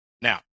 Now